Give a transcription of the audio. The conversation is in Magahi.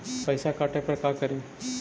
पैसा काटे पर का करि?